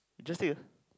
you just take a